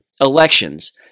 elections